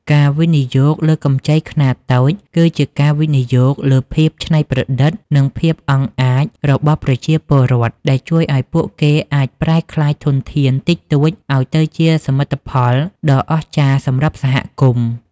ការវិនិយោគលើកម្ចីខ្នាតតូច គឺជាការវិនិយោគលើភាពច្នៃប្រឌិត និងភាពអង់អាចរបស់ប្រជាពលរដ្ឋ ដែលជួយឱ្យពួកគេអាចប្រែក្លាយធនធានតិចតួចឱ្យទៅជាសមិទ្ធផលដ៏អស្ចារ្យសម្រាប់សហគមន៍។